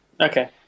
Okay